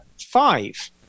five